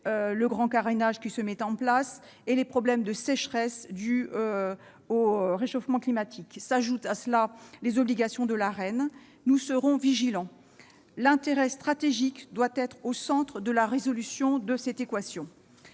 du grand carénage qui se met en place et des problèmes de sécheresse dus au réchauffement climatique. À cela s'ajoutent les obligations de l'Arenh. L'intérêt stratégique doit être au centre de la résolution de cette équation.